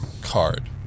Card